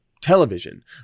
television